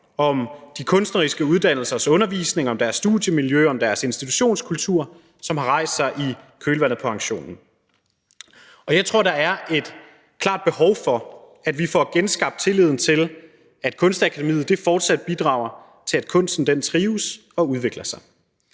om de kunstneriske uddannelsers undervisning, om deres studiemiljø og om deres institutionskultur, som nu har rejst sig i kølvandet på aktionen, velkommen, og jeg tror, der er et klart behov for, at vi får genskabt tilliden til, at Kunstakademiet fortsat bidrager til, at kunsten trives og udvikler sig.